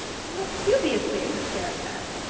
he looked dubiously at the sarah-cat.